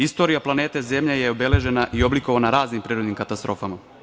Istorija planete zemlje je obeležena i oblikovana raznim prirodnim katastrofama.